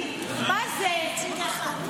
למה הם מעלים את ההצעה אם הם לא באים להצביע?